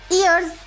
ears